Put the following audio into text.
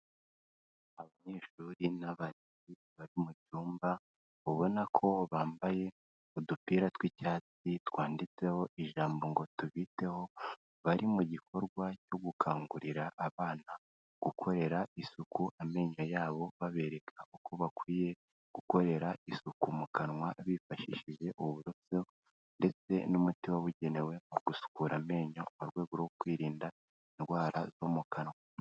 Abanyeshuri n'abarezi bari mu cyumba, ubona ko bambaye udupira tw'icyatsi twanditseho ijambo ngo tubiteho, bari mu gikorwa cyo gukangurira abana gukorera isuku amenyo yabo, babereka uko bakwiye gukorera isuku mu kanwa, bifashishije uburoso ndetse n'umuti wabugenewe mu gusukura amenyo, mu rwego rwo kwirinda indwara zo mu kanwa.